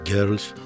Girls